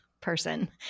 person